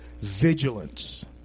vigilance